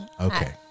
Okay